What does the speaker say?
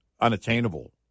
unattainable